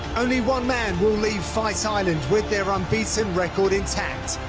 only one man will leave fight island with their unbeaten record intact.